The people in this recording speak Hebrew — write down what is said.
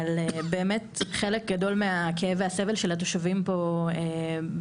אבל באמת חלק גדול מהכאב והסבל של התושבים ביבנה